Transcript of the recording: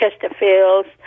Chesterfields